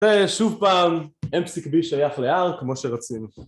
ושוב פעם, M פסיק B שייך ל-R כמו שרצינו